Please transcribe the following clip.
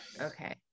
Okay